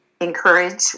encourage